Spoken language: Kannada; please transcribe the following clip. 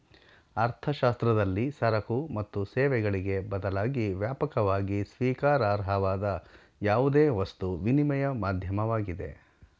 ಅರ್ಥಶಾಸ್ತ್ರದಲ್ಲಿ ಸರಕು ಮತ್ತು ಸೇವೆಗಳಿಗೆ ಬದಲಾಗಿ ವ್ಯಾಪಕವಾಗಿ ಸ್ವೀಕಾರಾರ್ಹವಾದ ಯಾವುದೇ ವಸ್ತು ವಿನಿಮಯ ಮಾಧ್ಯಮವಾಗಿದೆ